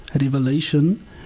revelation